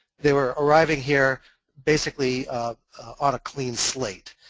they were arriving here basically on a clean slate.